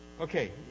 Okay